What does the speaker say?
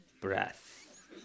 breath